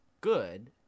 good